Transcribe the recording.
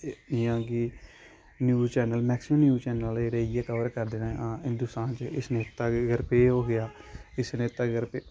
जियां कि news channel maximum news channel आह्ले इ'यै कवर करदे न हां हिंदोस्तान च इस नेता के घर पे ये हो गेआ इस नेता के घर पे